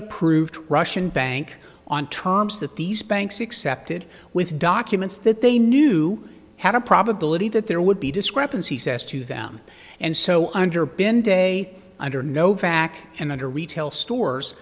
approved russian bank on terms that these banks accepted with documents that they knew had a probability that there would be discrepancies as to them and so under bin day under novak and under retail stores